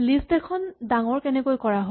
list এখন ডাঙৰ কেনেকৈ কৰা হয়